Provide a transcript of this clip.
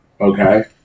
Okay